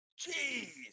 Jeez